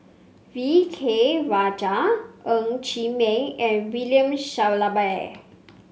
V K Rajah Ng Chee Meng and William Shellabear